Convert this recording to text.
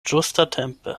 ĝustatempe